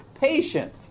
patient